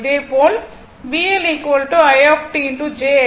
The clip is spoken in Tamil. அதேபோல் r VL i t j XL